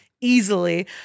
easily